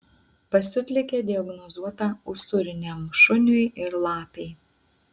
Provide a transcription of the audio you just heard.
pasiutligė diagnozuota usūriniam šuniui ir lapei